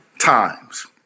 times